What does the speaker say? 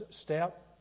step